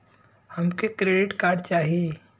हमके credit card चाही